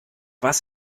was